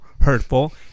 hurtful